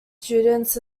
students